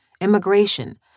immigration